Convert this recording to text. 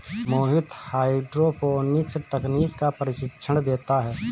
मोहित hydroponics तकनीक का प्रशिक्षण देता है